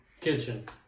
kitchen